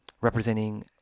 representing